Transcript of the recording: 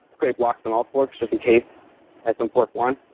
create walks and all for just in case add some fourth one.